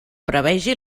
prevegi